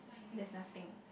there's nothing